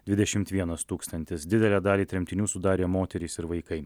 dvidešimt vienas tūkstantis didelę dalį tremtinių sudarė moterys ir vaikai